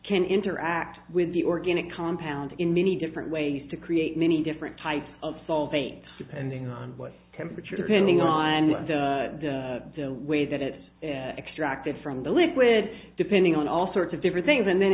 can interact with the organic compounds in many different ways to create many different types of solving depending on what temperature depending on the way that it extracted from the liquid depending on all sorts of different things and then